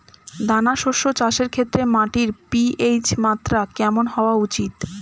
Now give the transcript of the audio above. দানা শস্য চাষের ক্ষেত্রে মাটির পি.এইচ মাত্রা কেমন হওয়া উচিৎ?